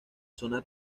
zona